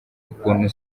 ukuntu